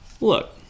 look